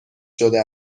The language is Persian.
شده